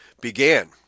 began